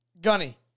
Gunny